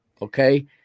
Okay